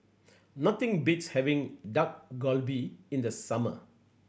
nothing beats having Dak Galbi in the summer